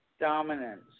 dominance